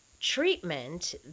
treatment